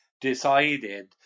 decided